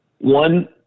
One